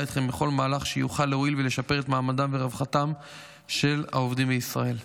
איתכם בכל מהלך שיוכל להועיל ולשפר את מעמדם ורווחתם של העובדים בישראל.